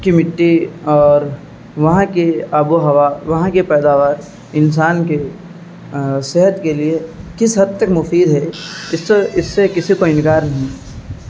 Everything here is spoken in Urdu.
کی مٹی اور وہاں کی آب و ہوا وہاں کے پیداوار انسان کے صحت کے لیے کس حد تک مفید ہے اس سے اس سے کسی کو انکار نہیں